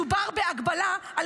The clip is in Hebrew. מדובר בהגבלה.